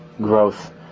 growth